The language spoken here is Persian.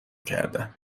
کردن